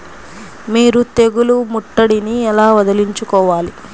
మీరు తెగులు ముట్టడిని ఎలా వదిలించుకోవాలి?